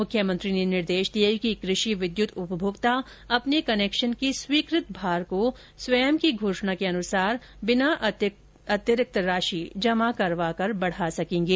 मुख्यमंत्री ने निर्देश दिए कि कृषि विद्यत उपभोक्ता अपने कनेक्शन के स्वीकृत भार को स्वयं की घोषणा अनुसार बिना अतिरिक्त राशि जमा करवा कर बढ़ा सकेंगे